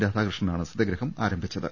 രാധാകൃഷ്ണനാണ് സത്യഗ്രഹം ആരം ഭിച്ചത്